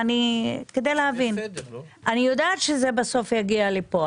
אני יודעת שזה בסוף יגיע לפה.